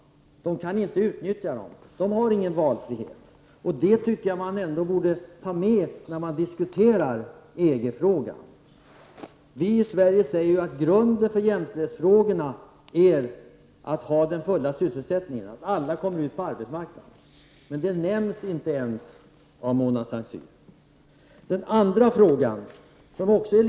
De kan inte utnyttja sina rättigheter. De har ingen valfrihet. Det tycker jag att man ändå borde ta med när man diskuterar EG-frågan. Vi i Sverige säger att grunden för jämställdhet är att vi har den fulla sysselsättningen, att alla kommer ut på arbetsmarknaden. Men det nämns inte ens av Mona Saint Cyr. Den andra frågan är lika belysande.